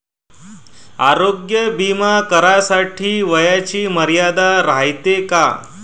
आरोग्य बिमा भरासाठी वयाची मर्यादा रायते काय?